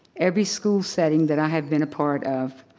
every school setting that i have been a part of.